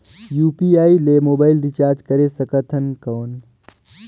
UPI ले mobile recharge करे सकथन कौन?